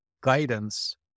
guidance